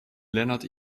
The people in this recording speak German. lennart